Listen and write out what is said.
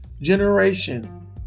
generation